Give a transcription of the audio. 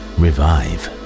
revive